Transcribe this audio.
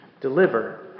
deliver